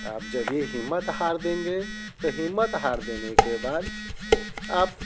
आप जब ये हिम्मत हार देंगे तो हिम्मत हार देने के बाद आप